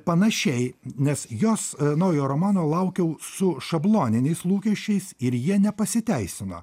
panašiai nes jos naujo romano laukiau su šabloniniais lūkesčiais ir jie nepasiteisino